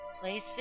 Please